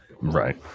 Right